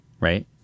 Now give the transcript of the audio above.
right